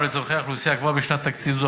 לצורכי האוכלוסייה כבר בשנת תקציב זו,